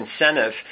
incentive